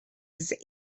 his